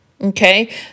okay